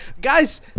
guys